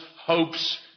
hopes